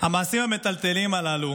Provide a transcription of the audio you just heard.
המעשים המטלטלים הללו